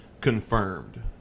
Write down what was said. confirmed